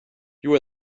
you